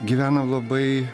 gyvenam labai